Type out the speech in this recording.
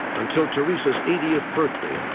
until teresa's eightieth birthday